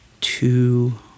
two